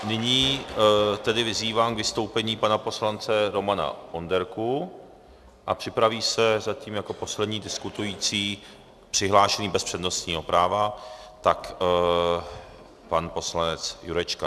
Nyní tedy vyzývám k vystoupení pana poslance Romana Onderku a připraví se zatím jako poslední diskutující přihlášený bez přednostního práva pan poslanec Jurečka.